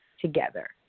together